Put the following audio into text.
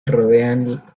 rodean